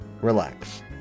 relax